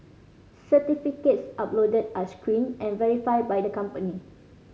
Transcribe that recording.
certificates uploaded are screened and verified by the company